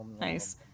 Nice